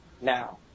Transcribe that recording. now